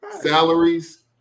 Salaries